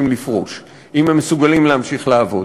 לפרוש אם הם מסוגלים להמשיך לעבוד.